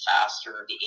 faster